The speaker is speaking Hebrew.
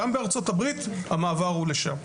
גם בארצות הברית המעבר הוא לשם.